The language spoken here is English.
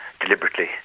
deliberately